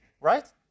Right